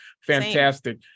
fantastic